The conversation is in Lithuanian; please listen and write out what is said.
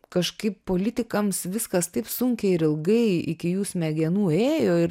kažkaip politikams viskas taip sunkiai ir ilgai iki jų smegenų ėjo ir